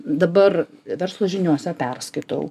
dabar verslo žiniose perskaitau